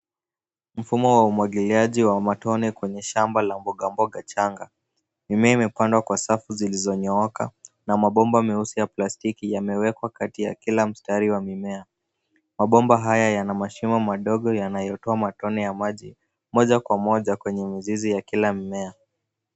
Mfumo wa umwagiliaji wa matone kwenye shamba la mbogamboga changa. Mimea imepandwa kwa safu zilizonyooka na mabomba meusi ya plastiki yamewekwa kati ya kila mstari wa mimea. Mabomba haya yana mashimo madogo yanayotoa matone ya maji moja kwa moja kwenye mzizi wa kile mmea.